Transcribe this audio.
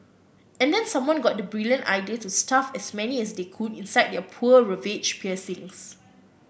and then someone got the brilliant idea to stuff as many as they could inside their poor ravaged piercings